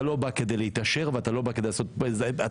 אתה לא בא כדי להתעשר ואתה לא בא כדי לעשות להיפך,